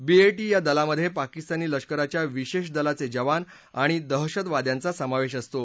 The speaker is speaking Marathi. बी ए टी या दलामधे पाकिस्तानी लष्कराच्या विशेष दलाचे जवान आणि दहशतवाद्यांचा समावेश असतो